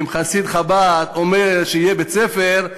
אם חסיד חב"ד אומר שיהיה בית-ספר,